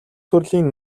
төрлийн